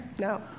No